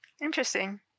Interesting